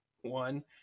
one